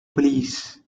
police